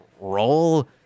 roll